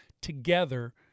together